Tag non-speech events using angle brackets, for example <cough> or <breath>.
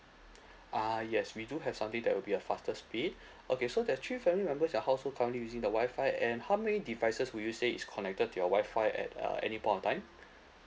ah yes we do have something that will be a faster speed <breath> okay so there's three family members your household currently using the WI-FI and how many devices would you say is connected to your WI-FI at a any point of time <breath>